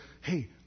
hey